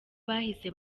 bahise